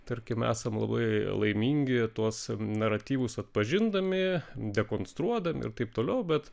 tarkim esam labai laimingi tuos naratyvus atpažindami dekonstruodami ir taip toliau bet